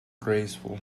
graceful